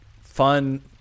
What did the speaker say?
fun